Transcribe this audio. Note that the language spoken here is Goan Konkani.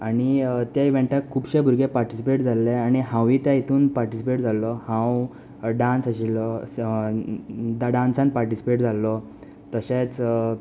आनी ते इवँटाक खुबशे भुरगे पार्टिसिपेट जाल्ले आनी हांवूय त्या हातूंत पार्टिसिपेट जाल्लो हांव डांसांत आशिल्लो ह्या डांसांत पार्टिसिपेट जाल्लो तशेंच